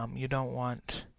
um you don't want